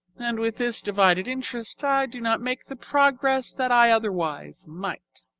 and with this divided interest i do not make the progress that i otherwise might.